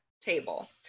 table